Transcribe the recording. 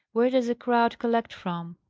where does a crowd collect from?